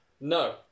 No